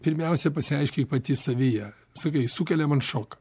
pirmiausia pasiaiškink pati savyje sakei sukelia man šoką